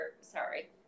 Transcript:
sorry